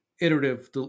iterative